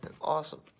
awesome